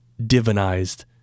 divinized